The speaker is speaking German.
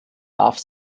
darf